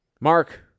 Mark